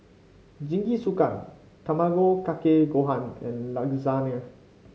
Jingisukan Tamago Kake Gohan and Lasagne